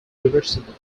reversible